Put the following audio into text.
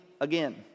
again